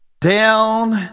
Down